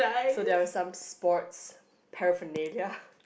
so there are some sports paraphernalia